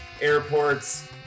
airports